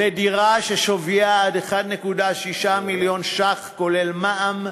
לדירה ששווייה עד 1.6 מיליון ש"ח כולל מע"מ,